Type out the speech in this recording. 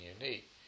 unique